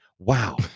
wow